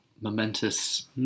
momentous